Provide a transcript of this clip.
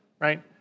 right